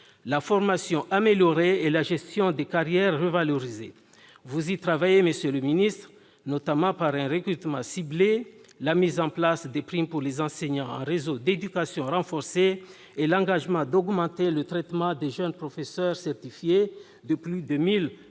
la formation améliorée et la gestion de carrière revalorisée. Vous y travaillez, monsieur le ministre, notamment par un recrutement ciblé, par la mise en place de primes pour les enseignants en réseau d'éducation renforcé et par l'engagement d'augmenter le traitement des jeunes professeurs certifiés de plus de 1 000